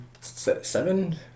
seven